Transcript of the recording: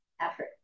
effort